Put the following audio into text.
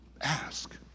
Ask